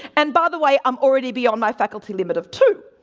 and by the way, i'm already beyond my faculty limit of two.